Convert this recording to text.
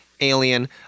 alien